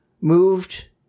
moved